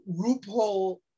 RuPaul